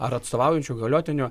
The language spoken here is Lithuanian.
ar atstovaujančių įgaliotinių